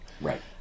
Right